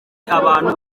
abantu